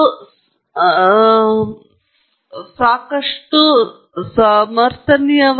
ಆದ್ದರಿಂದ ಬಹುಪದೋಕ್ತಿಯ ಕ್ರಮವನ್ನು ಹೆಚ್ಚಿಸುವ ಮೂಲಕ ನಾನು ಹೆಚ್ಚು ಪ್ರಯೋಜನ ಪಡೆದಿಲ್ಲ